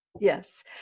Yes